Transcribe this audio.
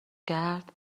کرد